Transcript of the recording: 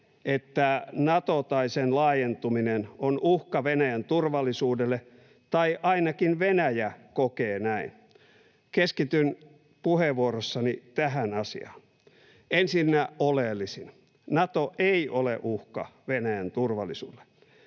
että Nato tai sen laajentuminen on uhka Venäjän turvallisuudelle, tai ainakin Venäjä kokee näin. Keskityn puheenvuorossani tähän asiaan. Ensinnä oleellisin: Nato ei ole uhka Venäjän turvallisuudelle.